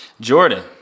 Jordan